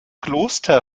kloster